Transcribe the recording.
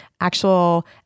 actual